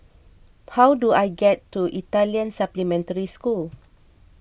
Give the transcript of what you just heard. how do I get to Italian Supplementary School